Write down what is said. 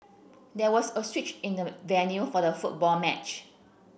there was a switch in the venue for the football match